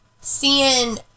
seeing